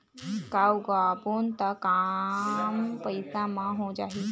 का उगाबोन त कम पईसा म हो जाही?